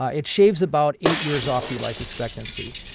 ah it shaves about eight years off your life expectancy.